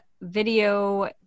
video